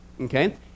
okay